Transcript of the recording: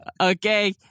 Okay